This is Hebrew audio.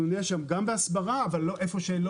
אנחנו נהיה שם גם בהסברה אבל במקום שזה